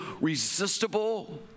resistible